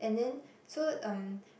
and then so um